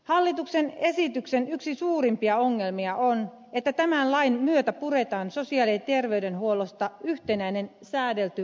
hallituksen esityksen yksi suurimpia ongelmia on että tämän lain myötä puretaan sosiaali ja terveydenhuollosta yhtenäinen säädelty asiakasmaksujärjestelmä